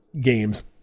games